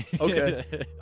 okay